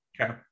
Okay